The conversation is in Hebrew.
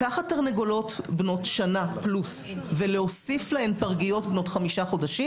לקחת תרנגולות בנות שנה פלוס ולהוסיף להם פרגיות בנות 5 חודשים,